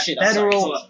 Federal